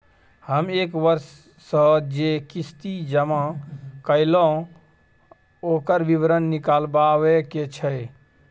हम एक वर्ष स जे किस्ती जमा कैलौ, ओकर विवरण निकलवाबे के छै?